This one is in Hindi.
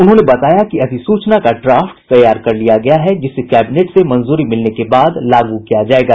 उन्होंने बताया कि अधिसूचना का ड्राफ्ट तैयार कर लिया गया है जिसे कैबिनेट से मंजूरी मिलने के बाद लागू किया जायेगा